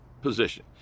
position